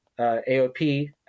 AOP